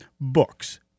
books